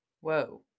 Whoa